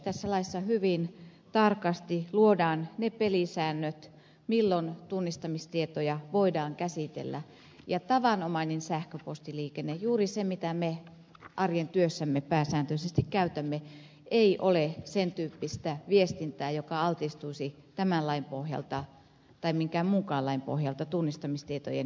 tässä laissa hyvin tarkasti luodaan ne pelisäännöt milloin tunnistamistietoja voidaan käsitellä ja tavanomainen sähköpostiliikenne juuri se mitä me arjen työssämme pääsääntöisesti käytämme ei ole sen tyyppistä viestintää joka altistuisi tämän lain pohjalta tai minkään muunkaan lain pohjalta tunnistamistietojen käsittelylle